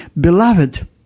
beloved